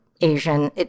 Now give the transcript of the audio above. Asian